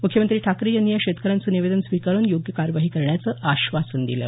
मुख्यमंत्री ठाकरे यांनी या शेतकऱ्यांचं निवेदन स्वीकारून योग्य कार्यवाही करण्याचं आश्वासन दिलं